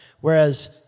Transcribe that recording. whereas